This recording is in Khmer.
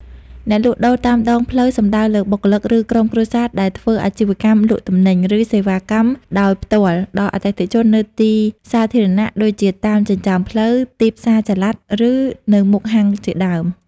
អ្នកលក់ដូរតាមដងផ្លូវសំដៅលើបុគ្គល ឬក្រុមគ្រួសារដែលធ្វើអាជីវកម្មលក់ទំនិញ ឬសេវាកម្មដោយផ្ទាល់ដល់អតិថិជននៅទីសាធារណៈ ដូចជាតាមចិញ្ចើមផ្លូវ ទីផ្សារចល័ត ឬនៅមុខហាងជាដើម ។